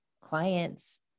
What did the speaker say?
clients